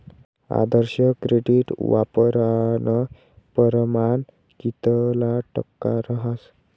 आदर्श credit वापरानं परमाण कितला टक्का रहास